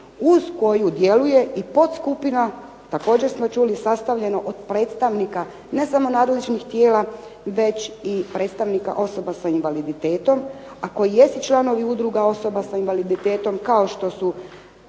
uz koju djeluje i podskupina također smo čuli sastavljena od predstavnika ne samo nadležnih tijela, već i predstavnika osoba sa invaliditetom a koju jesu članovi udruga osoba s invaliditetom kao što su